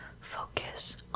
Focus